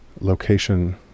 location